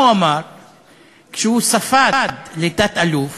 מה הוא אמר כשהוא ספד לתת-אלוף